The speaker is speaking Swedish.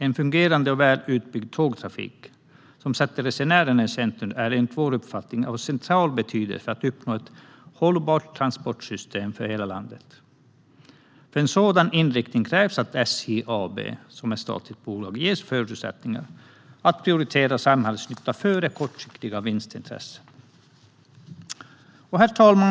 En fungerande och väl utbyggd tågtrafik som sätter resenären i centrum är enligt vår uppfattning av central betydelse för att uppnå ett hållbart transportsystem för hela landet. För en sådan inriktning krävs att SJ AB, som är ett statligt bolag, ges förutsättningar att prioritera samhällsnytta före kortsiktiga vinstintressen. Herr talman!